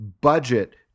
budget